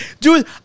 dude